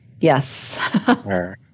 Yes